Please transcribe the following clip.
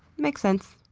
makes sense.